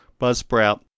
Buzzsprout